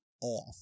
off